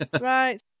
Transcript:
right